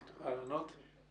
התופעה.